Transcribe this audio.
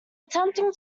attempting